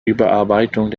überarbeitung